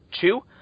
two